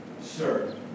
Sir